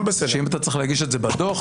שאם אתה צריך להגיש את זה בדו"ח,